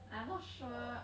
I'm not sure